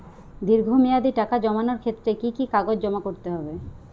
দীর্ঘ মেয়াদি টাকা জমানোর ক্ষেত্রে কি কি কাগজ জমা করতে হবে?